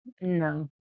No